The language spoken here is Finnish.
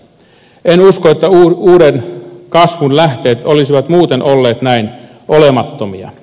en usko että uuden kasvun lähteet olisivat muuten olleet näin olemattomia